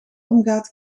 omgaat